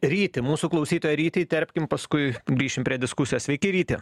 rytį mūsų klausytoją rytį įterpkim paskui grįšim prie diskusijos sveiki ryti